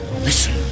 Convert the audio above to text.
Listen